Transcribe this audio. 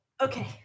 Okay